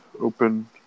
open